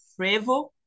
Frevo